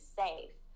safe